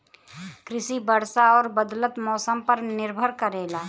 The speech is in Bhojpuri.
कृषि वर्षा और बदलत मौसम पर निर्भर करेला